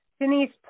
Denise